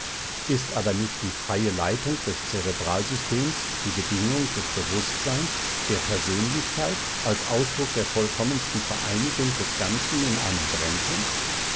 ist aber nicht die freie leitung des zerebralsystems die bedingung des bewußtseins der persönlichkeit als ausdruck der vollkommensten vereinigung des ganzen in einem brennpunkt